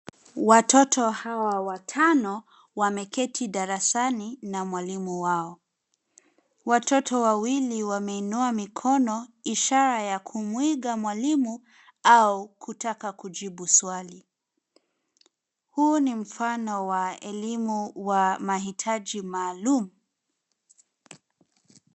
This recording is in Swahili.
Watoto hawa watano wameketi darasani na mwalimu wao. Watoto wawili wameinua mikono ishara ya kumuiga mwalimu au kutaka kujibu swali. Huu ni mfano wa elimu wa mahitaji maalum.